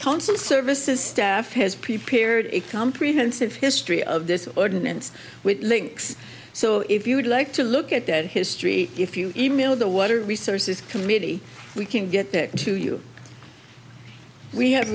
consular services stay has prepared a comprehensive history of this ordinance with links so if you would like to look at that history if you e mail the water resources committee we can get back to you we have